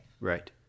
right